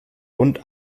und